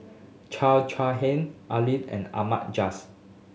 Chai Hiang Ali and Ahmad Jais